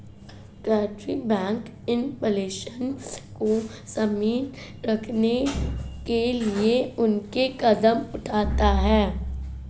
केंद्रीय bank inflation को सीमित रखने के लिए अनेक कदम उठाता है